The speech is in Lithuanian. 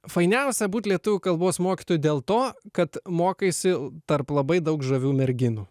fainiausia būt lietuvių kalbos mokytojų dėl to kad mokaisi tarp labai daug žavių merginų